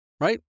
right